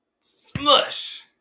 smush